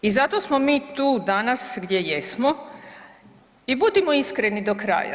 I zato smo mi tu danas gdje jesmo i budimo iskreni do kraja.